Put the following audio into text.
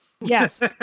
Yes